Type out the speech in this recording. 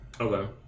Okay